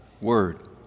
word